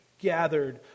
gathered